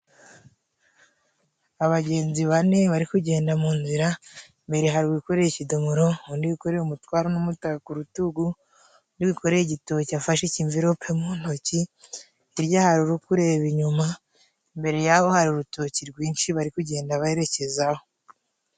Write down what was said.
Abagenzi bane bari kugenda mu nzira mbere hari uwikoreye ikidomoro undi wikoreye umutwaro n'umuta ku rutugu und wikoreye igitoke afashe ikimvirope mu ntoki hirya hari uri kureba inyuma mbere yaho hari urutoki rwinshi bari kugenda berekezaho.